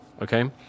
Okay